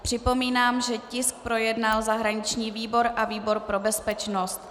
Připomínám, že tisk projednal zahraniční výbor a výbor pro bezpečnost.